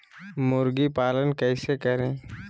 मुर्गी पालन कैसे करें?